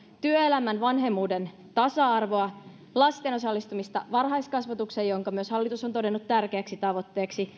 työelämän vanhemmuuden tasa arvoa lasten osallistumista varhaiskasvatukseen jonka myös hallitus on todennut tärkeäksi tavoitteeksi